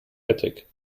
attic